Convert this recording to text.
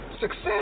Success